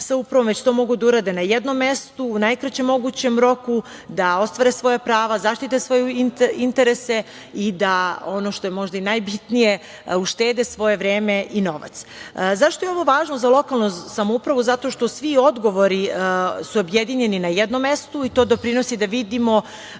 sa upravom, već to mogu da urade na jednom mestu, u najkraćem mogućem roku, da ostvare svoja prava, zaštite svoje interese i da, ono što je možda i najbitnije, uštede svoje vreme i novac.Zašto je ovo važno za lokalnu samoupravu? Zato što svi odgovori su objedini na jednom mestu i to doprinosi da vidimo